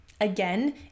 Again